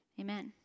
amen